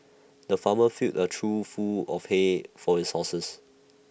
the farmer filled A trough full of hay for his horses